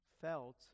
felt